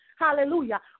Hallelujah